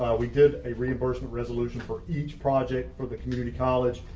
ah we did a reimbursement resolution for each project for the community college.